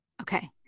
Okay